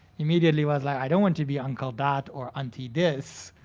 immediately was like i don't want to be uncle that or auntie this.